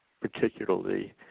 particularly